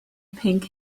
pink